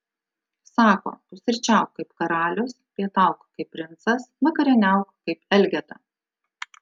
sako pusryčiauk kaip karalius pietauk kaip princas vakarieniauk kaip elgeta